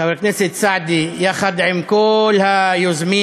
חבר הכנסת סעדי, יחד עם כל היוזמים,